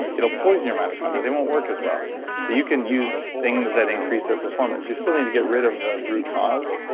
it will poison your mitochondria. they won't work as well so you can use things that increase their performance. you still need to get rid of the root cause,